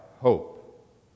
hope